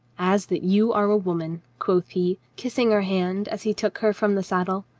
as that you are a woman, quoth he, ki ssing her hand as he took her from the saddle.